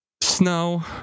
snow